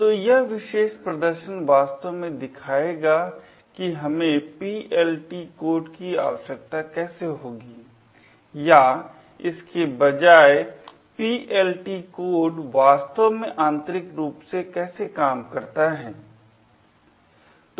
तो यह विशेष प्रदर्शन वास्तव में दिखाएगा कि हमें PLT कोड की आवश्यकता कैसे होगी या इसके बजाय PLT कोड वास्तव में आंतरिक रूप से कैसे काम करता है